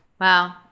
Wow